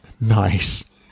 Nice